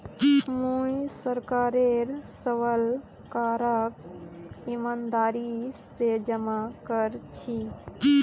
मुई सरकारेर सबल करक ईमानदारी स जमा कर छी